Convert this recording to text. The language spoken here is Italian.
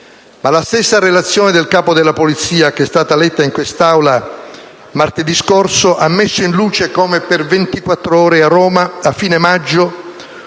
ma la stessa relazione del Capo della Polizia che è stata letta in quest'Aula martedì scorso ha messo in luce come per ventiquattr'ore a Roma, a fine maggio,